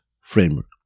framework